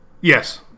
Yes